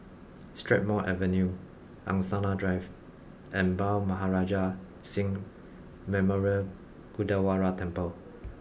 Strathmore Avenue Angsana Drive and Bhai Maharaj Singh Memorial Gurdwara Temple